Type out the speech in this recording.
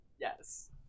yes